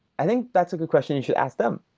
i think that's a good question you should ask them.